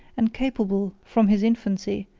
and capable, from his infancy,